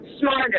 Smarter